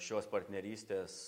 šios partnerystės